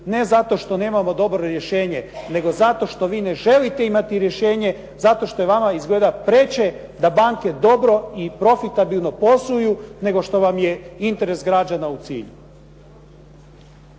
ne zato što nemamo dobro rješenje, nego zato što vi ne želite imati rješenje, zato što je vama izgleda preče da banke dobro i profitabilno posluju nego što vam je interes građana u cilju.